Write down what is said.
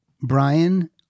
Brian